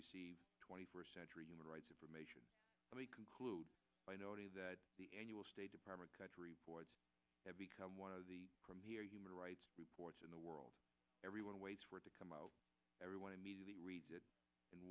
receive twenty first century human rights information let me conclude by noting that the annual state department has become one of the from here human rights reports in the world everyone waits for it to come out everyone immediately reads it in